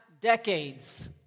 decades